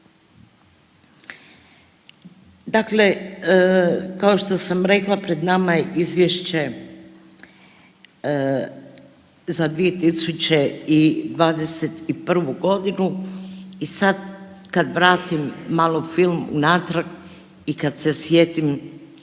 Dakle, kao što sam rekla pred nama je izvješće za 2021.g. i sad kad vratim malo film unatrag i kad se sjetim